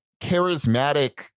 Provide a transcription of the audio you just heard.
Charismatic